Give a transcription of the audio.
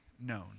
known